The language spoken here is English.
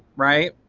right?